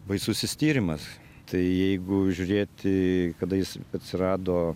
baisusis tyrimas tai jeigu žiūrėti kada jis atsirado